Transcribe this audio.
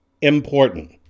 important